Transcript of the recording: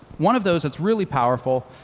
one of those, it's really powerful,